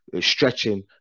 stretching